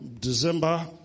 December